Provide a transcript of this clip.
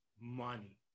money